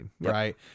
Right